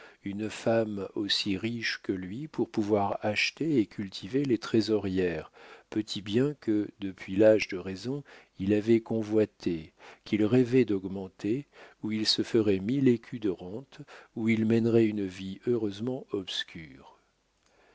une femme aussi riche que lui pour pouvoir acheter et cultiver les trésorières petit bien que depuis l'âge de raison il avait convoité qu'il rêvait d'augmenter où il se ferait mille écus de rente où il mènerait une vie heureusement obscure